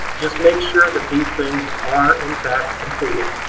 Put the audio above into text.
just make sure that these things are in fact completed.